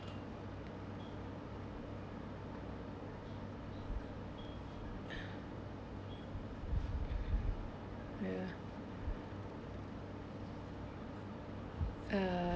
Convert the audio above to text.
ya uh